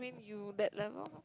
you that level mah